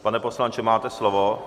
Pane poslanče, máte slovo.